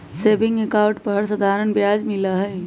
saving account पर साधारण ब्याज मिला हई